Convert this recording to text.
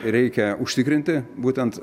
reikia užtikrinti būtent